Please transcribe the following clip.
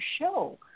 show